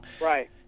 right